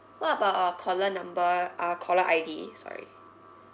what about our caller number uh caller I_D sorry